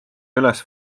üles